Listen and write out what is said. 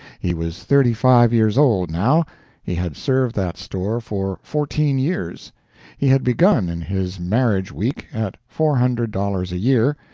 he was thirty-five years old, now he had served that store for fourteen years he had begun in his marriage-week at four hundred dollars a year,